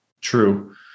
true